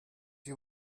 you